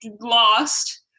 lost